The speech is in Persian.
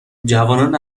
جوانان